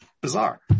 bizarre